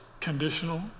conditional